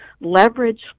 leverage